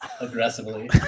aggressively